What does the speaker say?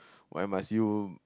why must you